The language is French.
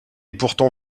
pourtant